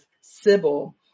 Sibyl